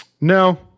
No